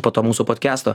po to mūsų podkesto